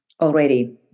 already